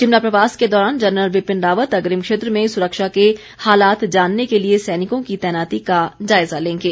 शिमला प्रवास के दौरान जनरल विपिन रावत अग्निम क्षेत्र में सुरक्षा के हालात जानने के लिए सैनिकों की तैनाती का जायजा लेंगे